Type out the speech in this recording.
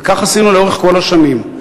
וכך עשינו לאורך כל השנים,